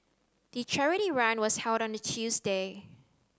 the charity run was held on a Tuesday